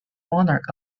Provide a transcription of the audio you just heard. monarch